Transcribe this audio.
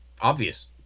obvious